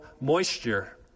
moisture